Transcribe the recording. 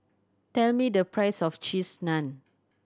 tell me the price of Cheese Naan